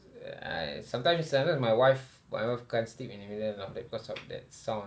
sometimes even my wife my wife can't sleep in the middle of the night cause of that because of that sound